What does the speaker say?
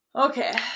Okay